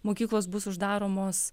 mokyklos bus uždaromos